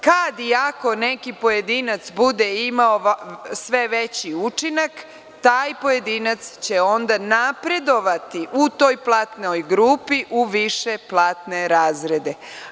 Kad i ako neki pojedinac bude imao sve veći učinak, taj pojedinac će onda napredovati u toj platnoj grupi u više platne razrede.